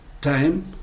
time